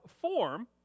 form